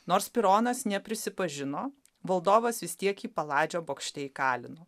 nors pironas neprisipažino valdovas vis tiek jį paladžio bokšte įkalino